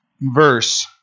verse